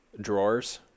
drawers